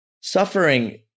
suffering